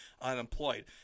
unemployed